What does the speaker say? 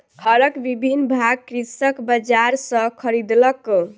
हरक विभिन्न भाग कृषक बजार सॅ खरीदलक